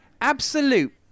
absolute